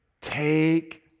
take